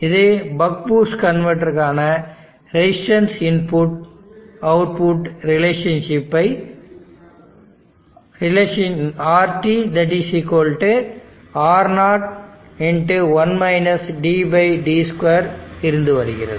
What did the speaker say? இது buck boost கன்வெர்ட்டருக்கான resistance input output relationship RT R01 dd2 இருந்து வருகிறது